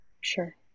Sure